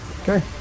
okay